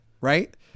right